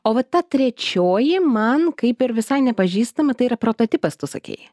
o va ta trečioji man kaip ir visai nepažįstama tai yra prototipas tu sakei